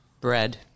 Bread